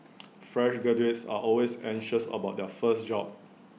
fresh graduates are always anxious about their first job